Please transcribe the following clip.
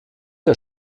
der